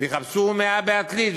יחפשו 100 בעתלית,